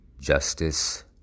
Justice